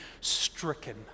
stricken